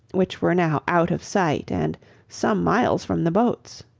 which were now out of sight, and some miles from the boats.